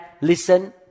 listen